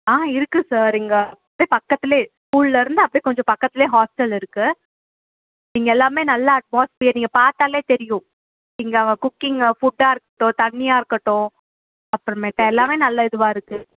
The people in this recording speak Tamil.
ஆ இருக்குது சார் இங்கே பக்கத்திலே ஸ்கூல்லிருந்து அப்படியே கொஞ்சம் பக்கத்திலே ஹாஸ்டல் இருக்குது இங்கே எல்லாமே நல்ல அட்மாஸ்பியர் இங்கே பார்த்தாலே தெரியும் இங்கே குக்கிங் ஃபுட்டாக இருக்கட்டும் தண்ணியாக இருக்கட்டும் அப்புறமேட்டு எல்லாமே நல்ல இதுவாக இருக்குது